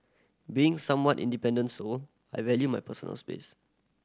being a somewhat independent soul I value my personal space